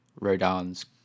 Rodan's